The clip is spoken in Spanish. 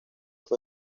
fue